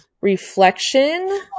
Reflection